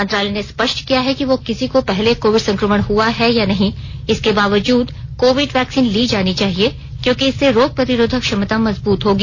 मंत्रालय ने स्पष्ट किया है कि किसी को पहले कोविड संक्रमण हुआ है या नहीं इसके बावजूद कोविड वैक्सीन ली जानी चाहिए क्योंकि इससे रोग प्रतिरोधक क्षमता मजबूत होगी